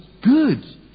good